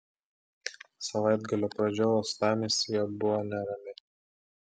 savaitgalio pradžia uostamiestyje buvo nerami